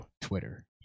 Twitter